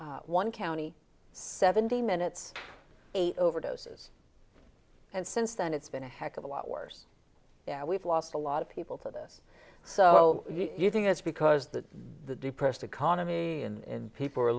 said one county seventy minutes eight overdoses and since then it's been a heck of a lot worse yeah we've lost a lot of people to this so you think it's because the the depressed economy in people